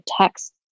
text